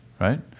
right